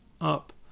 up